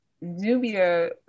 Nubia